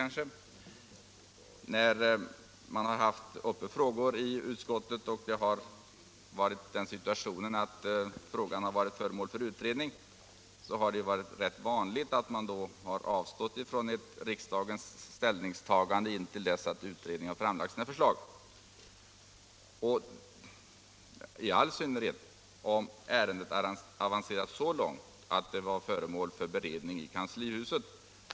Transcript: När man haft uppe frågor i utskottet som varit föremål för utredning har det varit rätt vanligt att man avstått från ställningstagande i riksdagen innan utredningen framlagt sina förslag, i all synnerhet om ärendet avancerat så långt att det varit föremål för beredning i kanslihuset.